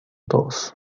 todos